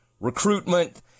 recruitment